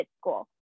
school